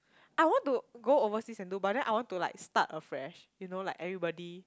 I want to go overseas and do but then I want to like start afresh you know like everybody